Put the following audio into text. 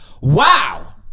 wow